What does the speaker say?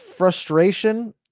Frustration